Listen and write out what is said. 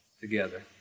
together